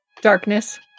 darkness